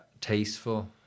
tasteful